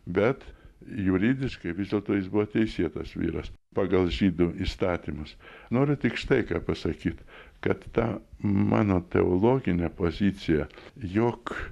bet juridiškai vis dėlto jis buvo teisėtas vyras pagal žydų įstatymus noriu tik štai ką pasakyt kad ta mano teologinė pozicija jog